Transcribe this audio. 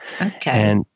Okay